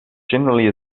generally